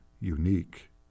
unique